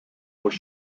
was